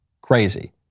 crazy